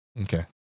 okay